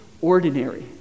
ordinary